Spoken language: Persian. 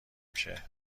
میشه